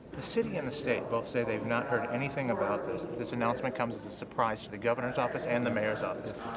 the city and the state both say they've not heard anything about this. this announcement comes as a surprise to the governor's office and the mayor's um